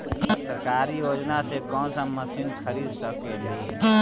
सरकारी योजना से कोन सा मशीन खरीद सकेली?